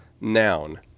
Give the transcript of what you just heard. noun